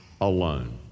alone